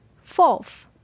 Fourth